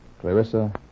Clarissa